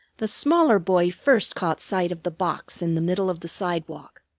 the smaller boy first caught sight of the box in the middle of the sidewalk.